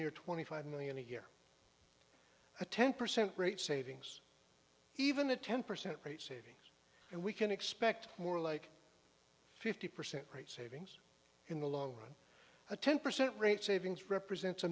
near twenty five million a year a ten percent rate savings even a ten percent rate savings and we can expect more like fifty percent rates in the long run a ten percent rate savings represents a